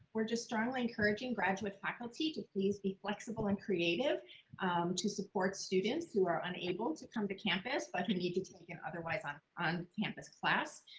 we're just strongly encouraging graduate faculty to please be flexible and creative to support students who are unable to come to campus but who need to take an otherwise on on campus class,